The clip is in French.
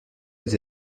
les